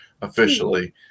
officially